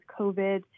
COVID